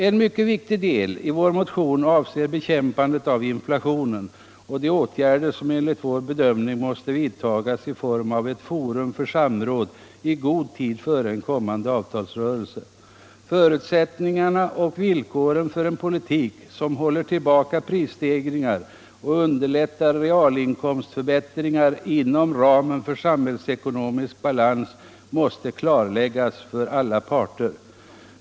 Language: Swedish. En mycket viktig del i vår motion avser bekämpandet av inflationen och de åtgärder som enligt vår bedömning måste vidtas i form av ett forum för samråd i god tid före en kommande avtalsrörelse. Förutsättningarna och villkoren för en politik som håller tillbaka prisstegringar och underlättar realinkomstförbättringar inom ramen för samhällsekonomisk balans måste klarläggas för alla parter.